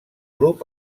grup